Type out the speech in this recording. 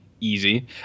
easy